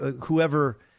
whoever –